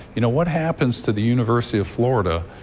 you know what happens to the university of florida.